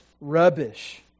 rubbish